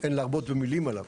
להרבות במילים עליו,